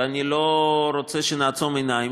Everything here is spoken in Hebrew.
ואני לא רוצה שנעצום עיניים,